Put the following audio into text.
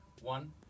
One